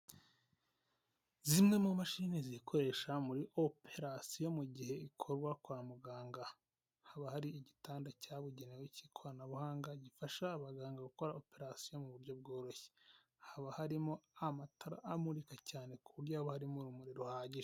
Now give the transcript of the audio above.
Zimwe mu mashini ziyikoresha muri operasiyo mu gihe ikorwa kwa muganga, haba hari igitanda cyabugenewe cy'ikoranabuhanga gifasha abaganga gukora oprasiyo mu buryo bworoshye, haba harimo amatara amurika cyane ku buryo haba harimo urumuri ruhagije.